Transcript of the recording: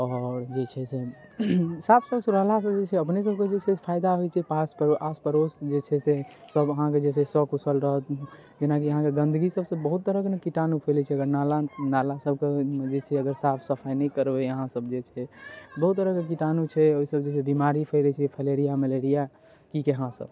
आओर जे छै से साफ स्वच्छ रहलासँ जे छै अपने सबके जे छै फायदा होइ छै पास आस पड़ोस जे छै से सब अहाँके जे छै सकुशल रहत जेनाकि अहाँके गन्दगी सबसँ बहुत तरहके ने कीटाणु फैले छै नाला नाला सबके जे छै अगर साफ सफाई नहि करबय अहाँसब जे छै बहुत तरहके कीटाणु छै ओइसँ जे छै बीमारी फैले छै फलेरिया मलेरिया कि कहाँ सब